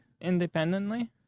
independently